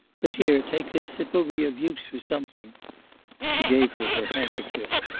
but here, take this, it will be of use for something she gave her her handkerchief.